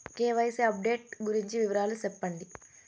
KYC update గురించి వివరాలు సెప్పండి?